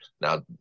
Now